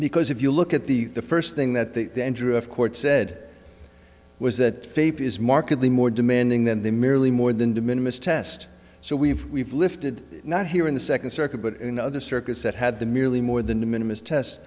because if you look at the the first thing that the danger of court said was that faith is markedly more demanding than the merely more than de minimis test so we've we've lifted not here in the second circuit but in other circuits that had the merely more than the minimum test